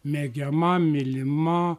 mėgiama mylima